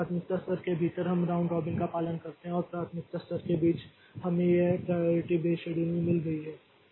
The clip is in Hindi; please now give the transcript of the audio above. इसलिए प्राथमिकता स्तर के भीतर हम राउंड रॉबिन का पालन करते हैं और प्राथमिकता स्तर के बीच हमें यह प्राइयारिटी बेस्ड शेड्यूलिंग मिल गई है